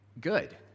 good